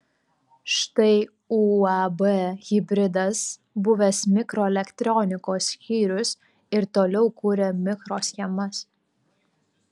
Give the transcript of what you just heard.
štai uab hibridas buvęs mikroelektronikos skyrius ir toliau kuria mikroschemas